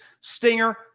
Stinger